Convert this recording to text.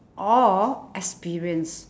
or experienced